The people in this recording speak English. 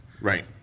Right